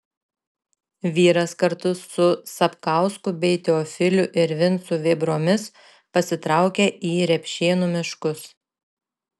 vyras kartu su sapkausku bei teofiliu ir vincu vėbromis pasitraukė į repšėnų miškus